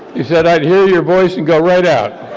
he said, i'd hear your voice and go right out.